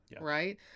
Right